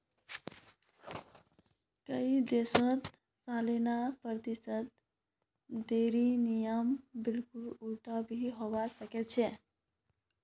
कई देशत सालाना प्रतिशत दरेर नियम बिल्कुल उलट भी हवा सक छे